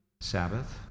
Sabbath